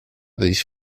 these